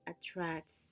attracts